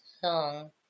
song